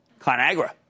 ConAgra